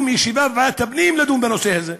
ישיבה בוועדת הפנים לדיון בנושא הזה.